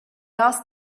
asked